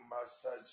Master